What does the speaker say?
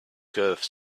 curved